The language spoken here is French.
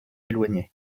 éloignée